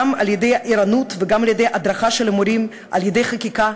גם על-ידי ערנות וגם על-ידי הדרכה של מורים ועל-ידי חקיקה.